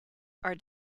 are